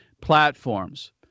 platforms